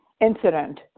incident